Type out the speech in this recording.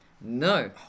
No